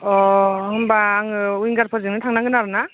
अ होनबा आङो विंगारफोरजोंनो थांनांगोन आरो ना